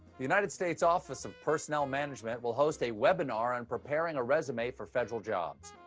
the united states office of personnel management will host a webinar on preparing a resume for federal jobs.